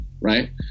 Right